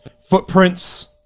footprints